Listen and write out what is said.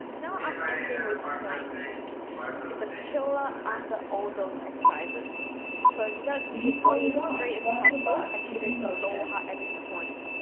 now i'm ending with plank it's a killer after all those exercises because you got to keep your body as straight as possible it is so hard at this point,